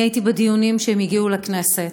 הייתי בדיונים כשהם הגיעו לכנסת.